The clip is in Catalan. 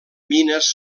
mines